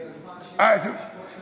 הגיע הזמן שיהיו שמות של רחובות בכפר-קאסם.